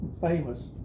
famous